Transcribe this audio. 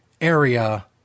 area